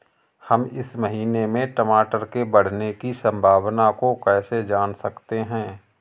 हम इस महीने में टमाटर के बढ़ने की संभावना को कैसे जान सकते हैं?